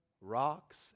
rocks